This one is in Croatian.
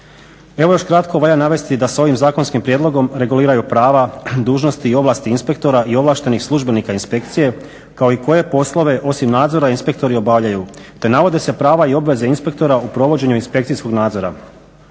Evo još kratko valja navesti da se sa ovim zakonskim predmetom reguliraju prava, dužnosti i ovlasti inspektora i ovlaštenih službenika inspekcije kao i koje poslove osim nadzora inspektori obavljaju te navode se prava i obveze inspektora u provođenju inspekcijskog nadzora.